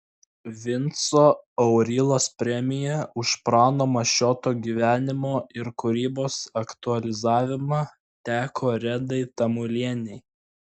vinco aurylos premija už prano mašioto gyvenimo ir kūrybos aktualizavimą teko redai tamulienei